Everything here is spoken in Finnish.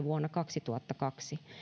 vuonna kaksituhattakaksi